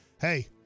hey